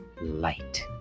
Light